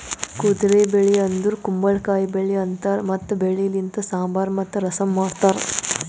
ಕುದುರೆ ಬೆಳಿ ಅಂದುರ್ ಕುಂಬಳಕಾಯಿ ಬೆಳಿ ಅಂತಾರ್ ಮತ್ತ ಬೆಳಿ ಲಿಂತ್ ಸಾಂಬಾರ್ ಮತ್ತ ರಸಂ ಮಾಡ್ತಾರ್